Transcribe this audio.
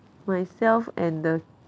myself and the